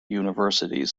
universities